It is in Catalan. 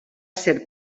ser